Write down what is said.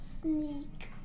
Sneak